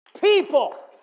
people